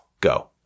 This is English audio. go